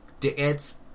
dickheads